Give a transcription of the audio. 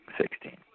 Sixteen